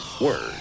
word